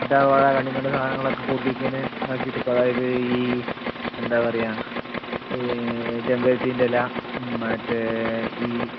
കറ്റാർ വാഴ കണ്ണിൽക്കണ്ട സാധനങ്ങളൊക്ക കൂട്ടി പിന്നെ ഇതാക്കിയിട്ട് ഇപ്പോൾ അതായത് ഈ എന്താ പറയുക ചെമ്പരത്തീൻ്റെ ഇല മറ്റേ ഈ